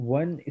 one